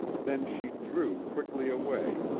then she drew quickly away,